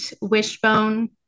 wishbone